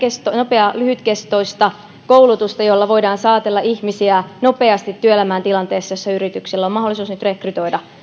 nopeaa lyhytkestoista koulutusta jolla voidaan saatella ihmisiä nopeasti työelämään tilanteessa jossa yrityksillä on mahdollisuus nyt rekrytoida